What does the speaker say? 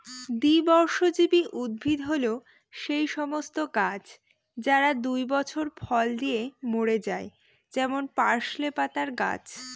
দ্বিবর্ষজীবী উদ্ভিদ হল সেই সমস্ত গাছ যারা দুই বছর ফল দিয়ে মরে যায় যেমন পার্সলে পাতার গাছ